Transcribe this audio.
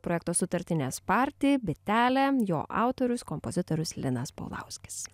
projekto sutartinės parti bitelė jo autorius kompozitorius linas paulauskis